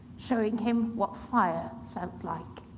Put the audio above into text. showing him what fire felt like.